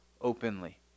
openly